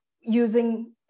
using